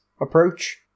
approach